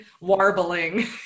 warbling